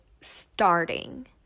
starting